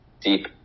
deep